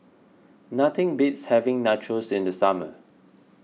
nothing beats having Nachos in the summer